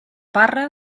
parra